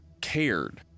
cared